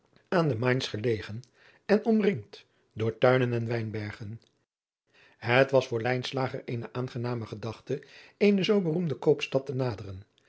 aan de ain gelegen en omringd door tuinen en wijnbergen et was voor eene aangename gedachte eene zoo beroemde koopstad te naderen